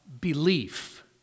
belief